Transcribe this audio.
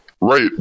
right